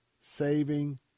saving